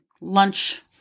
lunch